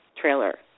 trailer